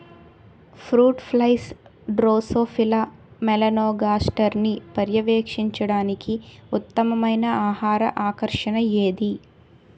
Fruit flies Drosophila మెలనోగాస్టర్ని పర్యవేక్షించడానికి ఉత్తమమైన ఆహార ఆకర్షణ ఏది?